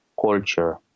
culture